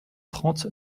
trente